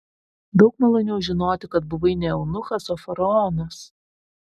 daug maloniau žinoti kad buvai ne eunuchas o faraonas